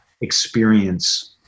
experience